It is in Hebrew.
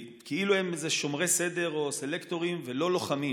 כאילו הם איזה שומרי סדר או סלקטורים ולא לוחמים.